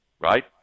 right